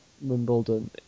Wimbledon